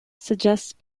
suggests